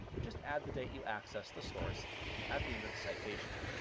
just add the date you accessed the source at the end of the citation.